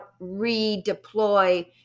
redeploy